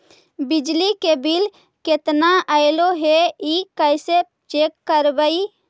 बिजली के बिल केतना ऐले हे इ कैसे चेक करबइ?